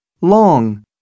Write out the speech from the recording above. long